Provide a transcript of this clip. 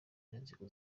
n’inzego